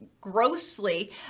grossly